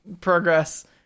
progress